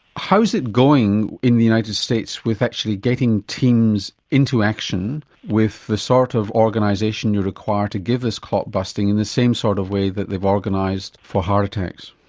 how's it going in the united states with actually getting teams into action with the sort of organisation you require to give us clot busting in the same sort of way that they've organised for heart attacks?